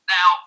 Now